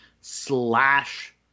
slash